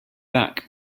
back